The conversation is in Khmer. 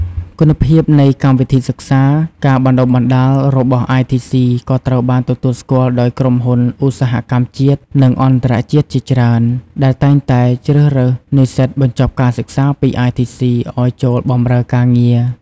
គុណភាពនៃកម្មវិធីសិក្សាការបណ្តុះបណ្តាលរបស់ ITC ក៏ត្រូវបានទទួលស្គាល់ដោយក្រុមហ៊ុនឧស្សាហកម្មជាតិ និងអន្តរជាតិជាច្រើន ដែលតែងតែជ្រើសរើសនិស្សិតបញ្ចប់ការសិក្សាពី ITC ឱ្យចូលបម្រើការងារ។